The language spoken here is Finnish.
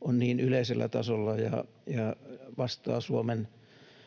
on niin yleisellä tasolla ja vastaa Suomen